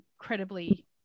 incredibly